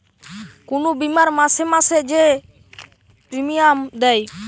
কুনু বীমার মাসে মাসে যে প্রিমিয়াম দেয়